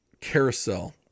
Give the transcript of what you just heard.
carousel